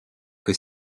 que